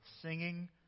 singing